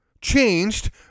changed